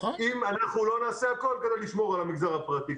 אם אנחנו לא נעשה הכול כדי לשמור על המגזר הפרטי,